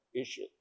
issue